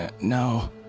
No